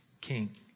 king